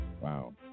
wow